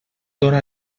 dóna